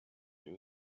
you